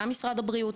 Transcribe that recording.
גם למשרד הבריאות,